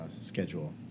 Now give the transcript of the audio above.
schedule